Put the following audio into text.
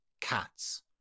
cats